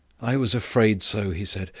i was afraid so, he said.